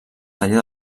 taller